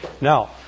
Now